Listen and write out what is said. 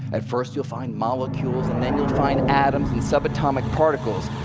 at first you'll find molecules and then you'll find atoms and subatomic particles.